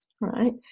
right